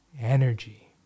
energy